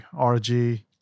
RG